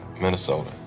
Minnesota